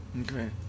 Okay